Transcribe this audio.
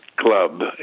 club